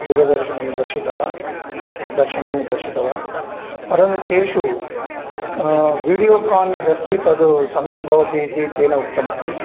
दूरदर्शनं दर्शितवान् दर्शनानि दर्शितवान् परन्तु तेषु विडुयोकान् यदस्ति तद् सम्यक् भवति इति तेन उक्तमस्ति